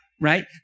right